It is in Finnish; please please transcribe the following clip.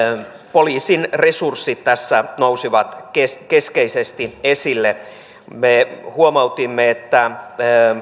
poliisin resurssit tässä nousivat keskeisesti esille me huomautimme että